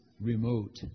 remote